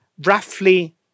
roughly